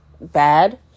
Bad